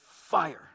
fire